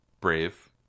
brave